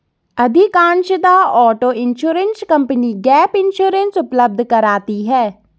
अधिकांशतः auto insurance company gap insurance उपलब्ध कराती है